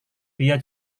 dia